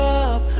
up